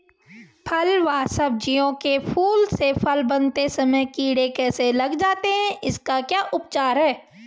फ़ल व सब्जियों के फूल से फल बनते समय कीड़े कैसे लग जाते हैं इसका क्या उपचार है?